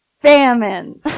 Famine